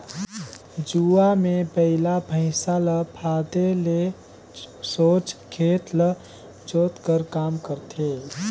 जुवा मे बइला भइसा ल फादे ले सोझ खेत ल जोत कर काम करथे